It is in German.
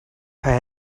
paar